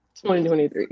2023